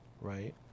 right